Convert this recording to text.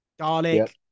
Garlic